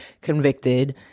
convicted